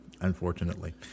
unfortunately